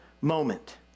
moment